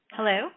Hello